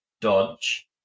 Dodge